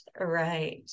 right